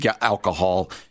alcohol